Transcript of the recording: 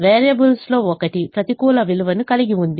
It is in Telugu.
వేరియబుల్స్లో ఒకటి ప్రతికూల విలువను కలిగి ఉంది